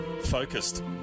focused